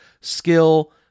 skill